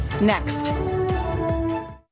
next